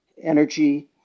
energy